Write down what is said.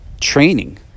training